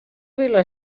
vila